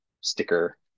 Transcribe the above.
sticker